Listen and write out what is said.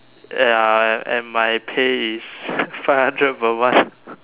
ya and and my pay is five hundred per month